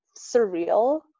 surreal